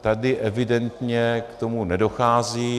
Tady evidentně k tomu nedochází.